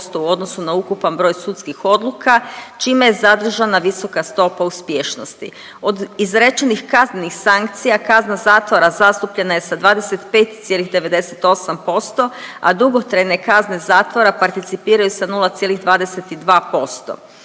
u odnosu na ukupan broj sudskih odluka čime je zadržana visoka stopa uspješnosti. Od izrečenih kaznenih sankcija kazna zatvora zastupljena je sa 25,98% a dugotrajne kazne zatvora participiraju sa 0,22%.